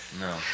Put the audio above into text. No